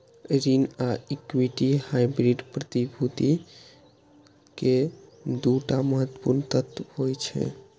ऋण आ equity hybrid प्रतिभूति के दू टा महत्वपूर्ण तत्व होइ छै